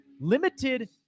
limited